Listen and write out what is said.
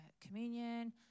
communion